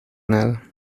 nada